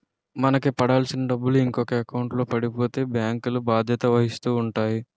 మనకు పడాల్సిన డబ్బులు ఇంకొక ఎకౌంట్లో పడిపోతే బ్యాంకులు బాధ్యత వహిస్తూ ఉంటాయి